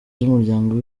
z’umuryango